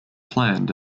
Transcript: planned